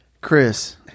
Chris